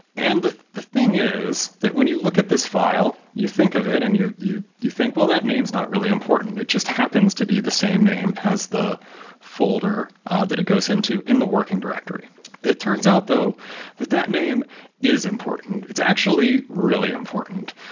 and the the thing is that when you look at this file, you think of it and you you think, well, that name is not really important. it just happens to be the same name as the folder that it goes into in the working directory it turns out though that that name is important. it's actually really important,